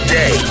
day